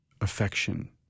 affection